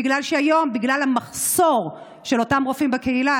בגלל המחסור באותם רופאים בקהילה,